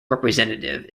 representative